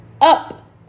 up